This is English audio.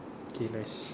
K nice